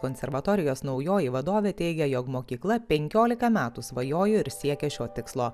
konservatorijos naujoji vadovė teigia jog mokykla penkiolika metų svajojo ir siekė šio tikslo